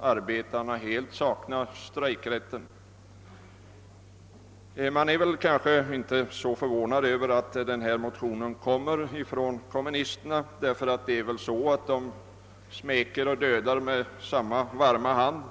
arbetarna helt saknar strejkrätt. Man är kanske inte så förvånad över att dessa motioner har väckts av kommunisterna, ty de smeker och dödar med samma varma hand.